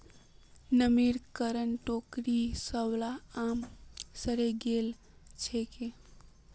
नमीर कारण टोकरीर सबला आम सड़े गेल छेक